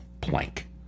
plank